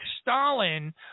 Stalin